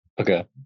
Okay